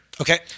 Okay